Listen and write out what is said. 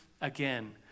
again